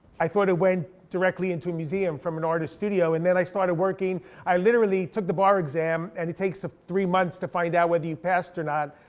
i thought it went directly into a museum from an artist studio, and then i started working. i literally took the bar exam, and it takes up to three months to find out whether you passed or not.